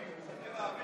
בירדן עשו לך כבוד?